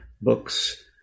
books